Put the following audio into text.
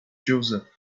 joseph